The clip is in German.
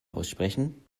aussprechen